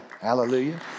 Hallelujah